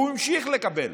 הוא המשיך לקבל,